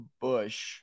Bush